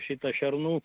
šita šernų